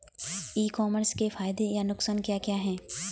ई commerce के फायदे या नुकसान क्या क्या हैं?